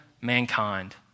mankind